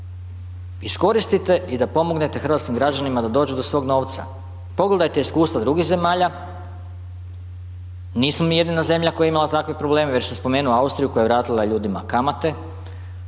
iskoristite i da pomognete hrvatskim građanima da dođu do svog novca. Pogledajte iskustva drugih zemalja, nismo mi jedina zemlja koja je imala takve probleme, već sam spomenuo Austriju koja je vratila ljudima kamate,